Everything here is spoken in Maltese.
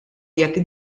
jekk